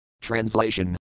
Translation